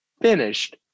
Finished